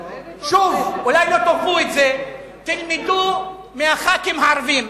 שוב, אולי לא תאהבו את זה, תלמדו מהח"כים הערבים.